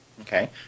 Okay